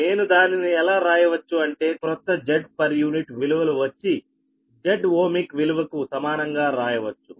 నేను దానిని ఎలా రాయవచ్చు అంటే క్రొత్త Zpu విలువలు వచ్చి Z ఓమిక్ విలువకు సమానంగా రాయవచ్చు